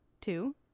Two